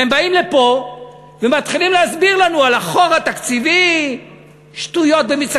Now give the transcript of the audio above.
ומתחילים להסביר מי צריך